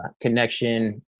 Connection